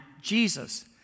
Jesus